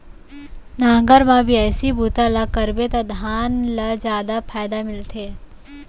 नांगर म बियासी बूता ल करबे त धान ल जादा फायदा मिलथे